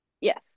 Yes